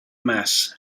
mass